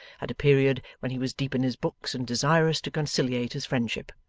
at a period when he was deep in his books and desirous to conciliate his friendship.